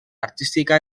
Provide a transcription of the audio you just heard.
artística